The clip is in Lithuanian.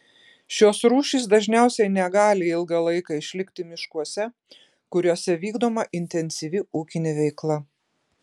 šios rūšys dažniausiai negali ilgą laiką išlikti miškuose kuriuose vykdoma intensyvi ūkinė veikla